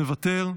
מוותר,